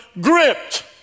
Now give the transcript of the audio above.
gripped